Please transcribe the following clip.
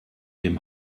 dem